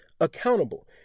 accountable